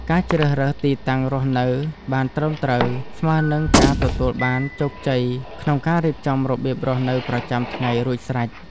ការជ្រើសរើសទីតាំងរស់នៅបានត្រឹមត្រូវស្មើនឹងការទទួលបានជោគជ័យក្នុងការរៀបចំរបៀបរស់នៅប្រចាំថ្ងៃរួចស្រេច។